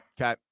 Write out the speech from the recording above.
Okay